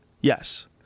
Yes